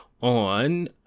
on